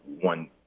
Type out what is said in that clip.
one